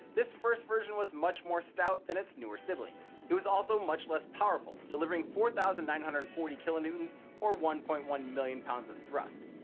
this first version was much more stout than it's newer siblings. it was also much less powerful, delivering four thousand nine hundred and forty kn or one point one million pounds of thrust.